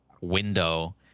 window